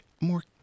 more